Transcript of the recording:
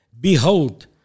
behold